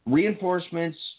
Reinforcements